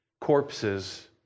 corpses